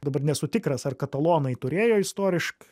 dabar nesu tikras ar katalonai turėjo istoriškai